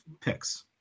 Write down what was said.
picks